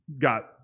got